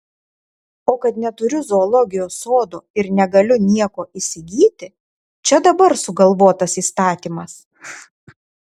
o kad neturiu zoologijos sodo ir negaliu nieko įsigyti čia dabar sugalvotas įstatymas